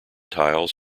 tiles